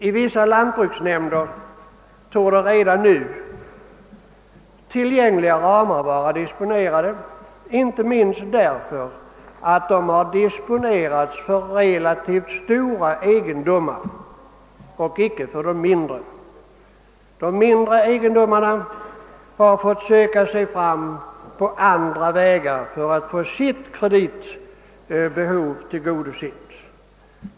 I vissa landsdelar torde redan nu tillgängliga ramar vara disponerade, inte minst därför att de har tagits i anspråk för relativt stora egendomar och icke för de mindre. De mindre egendomarna har fått söka sig fram på andra vägar för att få sitt kreditbehov tillgodosett.